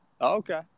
Okay